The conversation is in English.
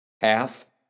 Half